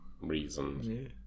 reasons